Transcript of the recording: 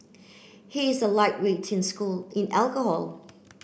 he is a lightweight in school in alcohol